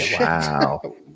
Wow